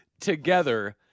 together